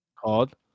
called